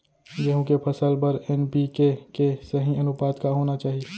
गेहूँ के फसल बर एन.पी.के के सही अनुपात का होना चाही?